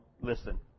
Listen